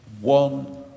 one